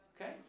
okay